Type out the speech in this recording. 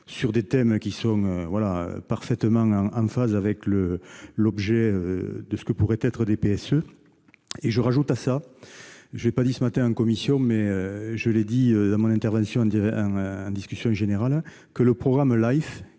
sur des thèmes parfaitement en phase avec l'objet d'éventuels PSE. J'ajoute- je ne l'ai pas dit ce matin en commission, mais je l'ai dit dans mon intervention en discussion générale - que le programme LIFE,